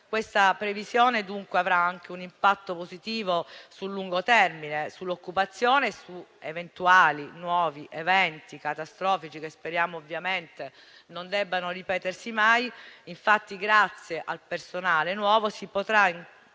Tale previsione dunque avrà anche un impatto positivo sul lungo termine, sull'occupazione e su eventuali nuovi eventi catastrofici, che speriamo ovviamente non debbano ripetersi mai. Grazie al nuovo personale,